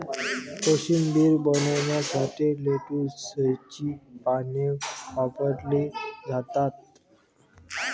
कोशिंबीर बनवण्यासाठी लेट्युसची पाने वापरली जातात